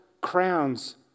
crowns